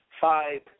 five